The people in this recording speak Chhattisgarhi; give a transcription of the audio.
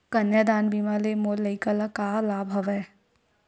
कन्यादान बीमा ले मोर लइका ल का लाभ हवय?